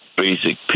basic